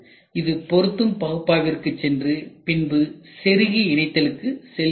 இது பொருத்தும் பகுப்பாய்விற்கு சென்று பின்பு செருகி இணைத்தலுக்கு செல்கிறது